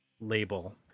label